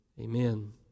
Amen